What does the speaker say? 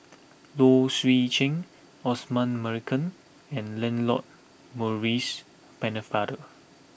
Low Swee Chen Osman Merican and Lancelot Maurice Pennefather